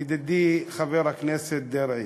ידידי, חבר הכנסת דרעי,